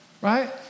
Right